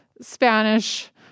Spanish